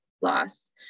loss